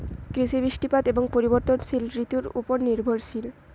কৃষি বৃষ্টিপাত এবং পরিবর্তনশীল ঋতুর উপর নির্ভরশীল